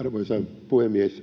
Arvoisa puhemies!